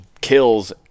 kills